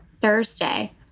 Thursday